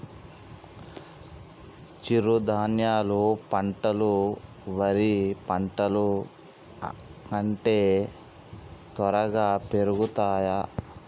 చిరుధాన్యాలు పంటలు వరి పంటలు కంటే త్వరగా పెరుగుతయా?